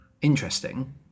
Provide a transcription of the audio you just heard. interesting